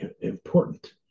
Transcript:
important